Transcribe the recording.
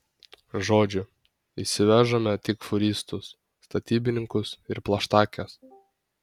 žodžiu įsivežame tik fūristus statybininkus ir plaštakes